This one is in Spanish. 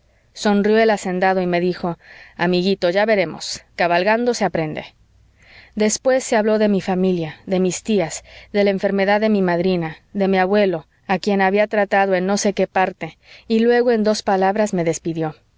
sonrió el hacendado y me dijo amiguito ya veremos cabalgando se aprende después se habló de mi familia de mis tías de la enfermedad de mi madrina de mi abuelo a quien había tratado en no sé qué parte y luego en dos palabras me despidió